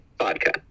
vodka